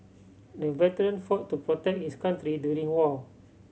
the veteran fought to protect his country during the war